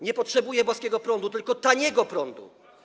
Nie potrzebuje boskiego prądu, tylko taniego prądu.